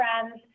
friends